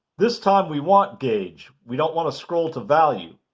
this time we want gauge. we don't want to scroll to value.